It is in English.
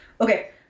Okay